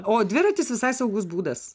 o dviratis visai saugus būdas